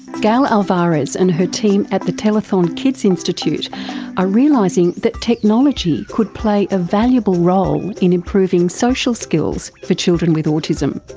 gail alvares and her team at the telethon kids institute are realising that technology could play a valuable role in improving social skills for children with autism.